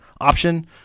option